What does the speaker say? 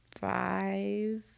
five